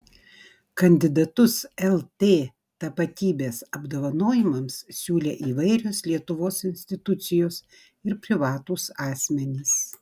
kandidatus lt tapatybės apdovanojimams siūlė įvairios lietuvos institucijos ir privatūs asmenys